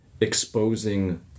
exposing